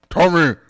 Tommy